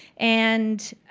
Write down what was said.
and